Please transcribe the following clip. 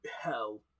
hell